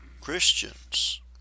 Christians